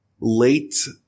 late